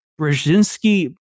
Brzezinski